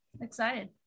excited